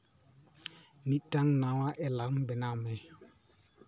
ᱢᱤᱫᱴᱟᱝ ᱱᱟᱶᱟ ᱮᱞᱟᱨᱢ ᱵᱮᱱᱟᱣ ᱢᱮ